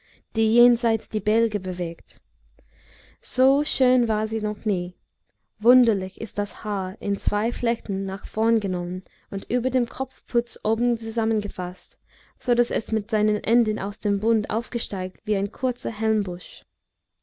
die jenseits die bälge bewegt so schön war sie noch nie wunderlich ist das haar in zwei flechten nach vorn genommen und über dem kopfputz oben zusammengefaßt so daß es mit seinen enden aus dem bund aufsteigt wie ein kurzer